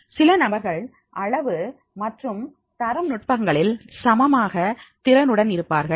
சில நபர்கள் அளவு மற்றும் தரம் நுட்பங்களில் சமமாக திறனுடன் இருப்பார்கள்